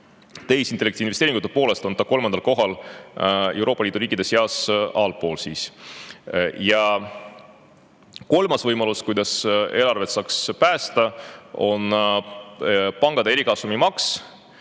Tehisintellekti investeeringute poolest on ta altpoolt kolmandal kohal Euroopa Liidu riikide seas. Ja kolmas võimalus, kuidas eelarvet saaks päästa, on pankade erikasumimaks,